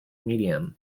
medium